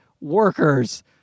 workers